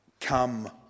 come